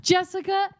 Jessica